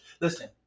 Listen